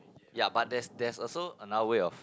ya but there's there's also another way of